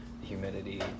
humidity